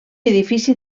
edifici